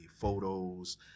photos